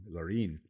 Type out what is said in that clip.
Loreen